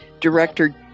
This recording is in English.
director